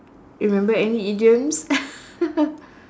remember any idioms